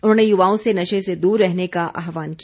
उन्होंने युवाओं से नशे से दूर रहने का आह्वान किया